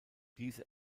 diese